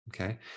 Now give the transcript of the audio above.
Okay